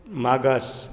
मागास